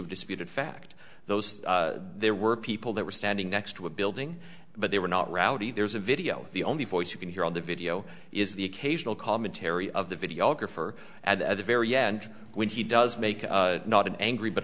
of disputed fact those there were people that were standing next to a building but they were not rowdy there's a video the only voice you can hear on the video is the occasional commentary of the videographer at the very end when he does make not an angry but